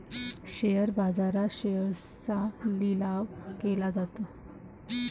share बाजारात शेअर्सचा लिलाव केला जातो